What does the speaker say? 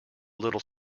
little